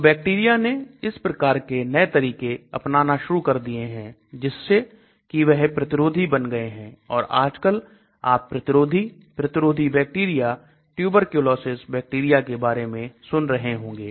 तो बैक्टीरिया ने इस प्रकार के नए तरीके अपनाना शुरू कर दिए हैं जिससे कि वह प्रतिरोधी बन गए हैं और आजकल आप प्रतिरोधी प्रतिरोधी बैक्टीरिया Tuberculosis बैक्टीरिया के बारे में सुन रहे होंगे